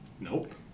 Nope